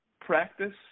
practice